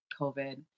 COVID